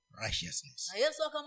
righteousness